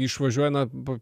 išvažiuoja na bu